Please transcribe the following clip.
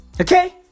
Okay